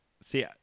see